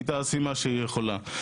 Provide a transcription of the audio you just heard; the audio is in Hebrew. היא תעשה מה שהיא יכולה.